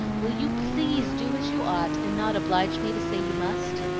will you please do as you ought, and not oblige me to say you must?